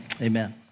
Amen